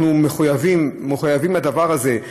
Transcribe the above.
אנחנו מחויבים לדבר הזה.